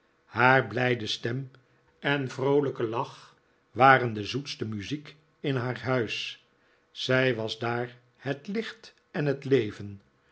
haar blijde stem en vroolijke lach waren de zoetste muziek in haar huis zij was daar het licht en het leven